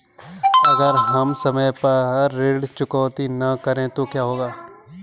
अगर हम समय पर ऋण चुकौती न करें तो क्या होगा?